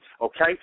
okay